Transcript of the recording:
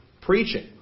preaching